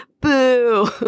Boo